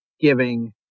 giving